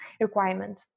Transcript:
requirement